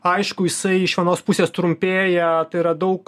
aišku jisai iš vienos pusės trumpėja tai yra daug